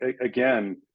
again